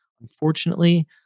Unfortunately